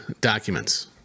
documents